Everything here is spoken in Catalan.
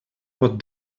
pot